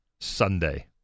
Sunday